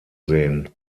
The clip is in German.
sehen